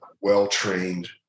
well-trained